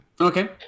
Okay